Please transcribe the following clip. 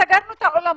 שסגרנו את האולמות,